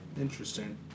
Interesting